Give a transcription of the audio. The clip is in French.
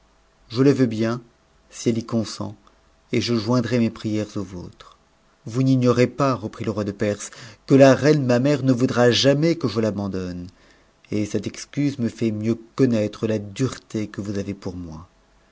je le veux bien si elle y consent et je joindrai mes prières aux vôtres vous n'ignorez pas reprit le roi de perse la reine ma mère ne voudra jamais que je l'abandonne et cette excuse tne fait mieux connaître la dureté que vous avez pour moi